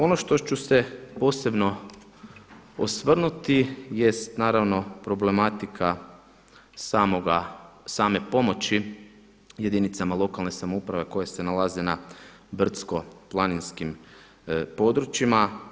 Ono što ću se posebno osvrnuti jest naravno problematika same pomoći jedinicama lokalne samouprave koje se nalaze na brdski planinskim područjima.